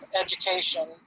education